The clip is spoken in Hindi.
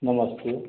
नमस्ते